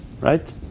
Right